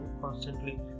constantly